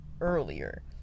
earlier